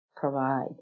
provide